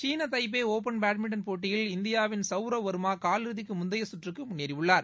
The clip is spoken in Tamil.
சீன தைபே ஓபன் பேட்மிண்டன் போட்டியில் இந்தியாவின் சவ்ரவ் வர்மா காலிறுதிக்கு முந்தைய சுற்றுக்கு முன்னேறியுள்ளார்